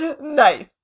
Nice